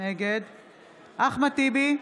נגד אחמד טיבי,